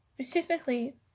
Specifically